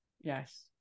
yes